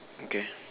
okay